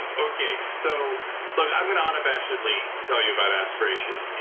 um okay, so look, i'm gonna unabashedly tell you about aspiration.